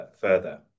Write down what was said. further